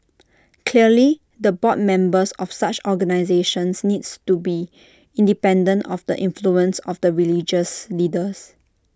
clearly the board members of such organisations needs to be independent of the influence of the religious leaders